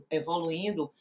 evoluindo